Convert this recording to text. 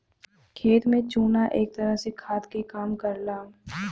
खेत में चुना एक तरह से खाद के काम करला